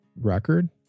record